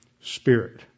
Spirit